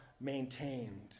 maintained